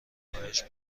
کاهش